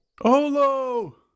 Olo